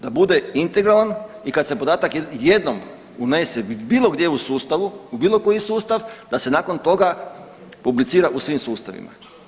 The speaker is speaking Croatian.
Da bude integralan i da kad se podatak jednom unese bilo gdje u sustavu u bilo koji sustav da se nakon toga publicira u svim sustavima.